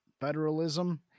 federalism